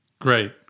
Great